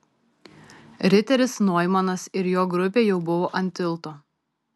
riteris noimanas ir jo grupė jau buvo ant tilto